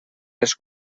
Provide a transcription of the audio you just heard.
les